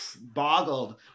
boggled